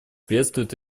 приветствует